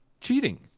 cheating